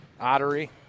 Ottery